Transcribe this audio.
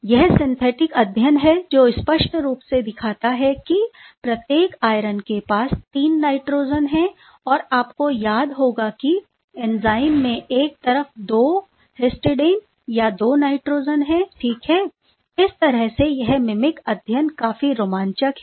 यह सिंथेटिक अध्ययन है जो स्पष्ट रूप से दर्शाता है कि प्रत्येक आयरन के पास 3 नाइट्रोजन है और आपको याद होगा कि एंजाइम में एक तरफ केवल दो 2 हिस्टिडाइन या 2 नाइट्रोजन है ठीक है इस तरह से यह मीमीक अध्ययन काफी रोमांचक है